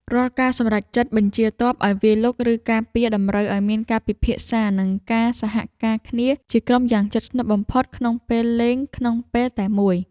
រាល់ការសម្រេចចិត្តបញ្ជាទ័ពឱ្យវាយលុកឬការពារតម្រូវឱ្យមានការពិភាក្សានិងការសហការគ្នាជាក្រុមយ៉ាងជិតស្និទ្ធបំផុតក្នុងពេលលេងក្នុងពេលតែមួយ។